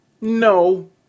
no